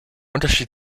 unterschied